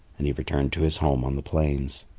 and he returned to his home on the plains.